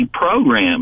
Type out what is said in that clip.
program